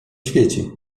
świeci